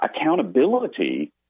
accountability